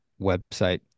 website